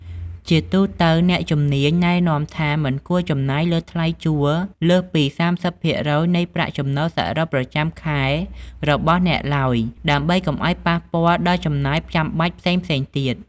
ជាទូទៅ អ្នកជំនាញណែនាំថាមិនគួរចំណាយលើថ្លៃជួលលើសពី ៣០ភាគរយ នៃប្រាក់ចំណូលសរុបប្រចាំខែរបស់អ្នកឡើយ ដើម្បីកុំឱ្យប៉ះពាល់ដល់ចំណាយចាំបាច់ផ្សេងៗទៀត។